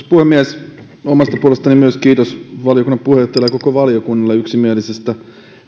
puhemies myös omasta puolestani kiitos valiokunnan puheenjohtajalle ja koko valiokunnalle yksimielisestä